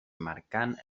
marcant